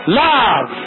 love